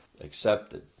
accepted